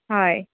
হয়